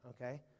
okay